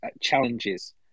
challenges